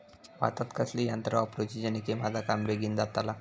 भातात कसली यांत्रा वापरुची जेनेकी माझा काम बेगीन जातला?